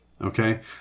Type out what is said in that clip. okay